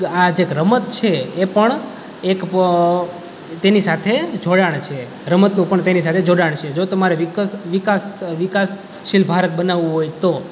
તો આ જે એક રમત છે એ પણ એક પણ તેની સાથે જોડાણ છે રમતનું પણ તેની સાથે જોડાણ છે જો તમારે વિકાસ વિકાસશીલ ભારત બનાવવું હોય તો